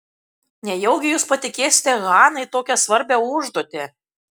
nejaugi jūs patikėsite hanai tokią svarbią užduotį